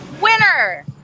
Winner